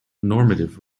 normative